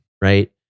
Right